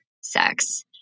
sex